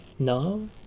no